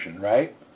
right